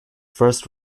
first